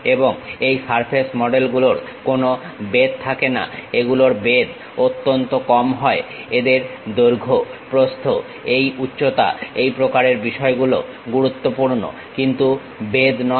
এবং এই surface model গুলোর কোনো বেধ থাকে না এগুলোর বেধ অত্যন্ত কম হয় এদের দৈর্ঘ্য প্রস্থ এই উচ্চতা এই প্রকারের বিষয়গুলো গুরুত্বপূর্ণ কিন্তু বেধ নয়